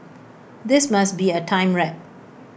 this must be A time warp